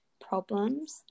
problems